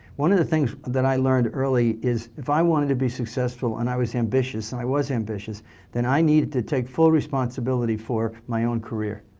one of the things that i learned early is if i wanted to be successful and i was ambitious and i was ambitious then i needed to take full responsibility for my own career.